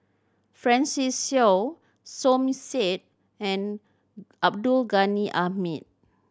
Francis Seow Som Said and Abdul Ghani Hamid